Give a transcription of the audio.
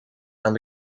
aan